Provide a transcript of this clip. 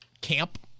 camp